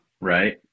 Right